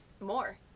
more